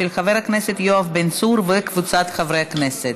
של חבר הכנסת יואב בן צור וקבוצת חברי הכנסת.